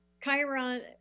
Chiron